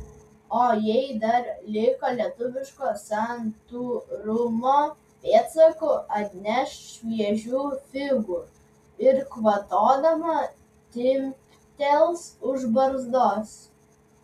o jei dar liko lietuviško santūrumo pėdsakų atneš šviežių figų ir kvatodama timptels už barzdos